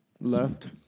Left